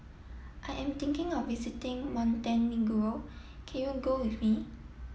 I am thinking of visiting Montenegro can you go with me